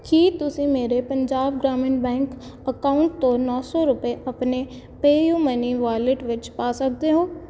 ਕੀ ਤੁਸੀਂ ਮੇਰੇ ਪੰਜਾਬ ਗ੍ਰਾਮੀਣ ਬੈਂਕ ਅਕਾਊਂਟ ਤੋਂ ਨੋਂ ਸੌ ਰੁਪਏ ਆਪਣੇ ਪੈਯੁਮਨੀ ਵਾਲਿਟ ਵਿੱਚ ਪਾ ਸਕਦੇ ਹੋ